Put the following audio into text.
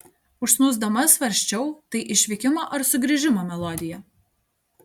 užsnūsdama svarsčiau tai išvykimo ar sugrįžimo melodija